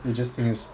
they just think it's